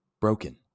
broken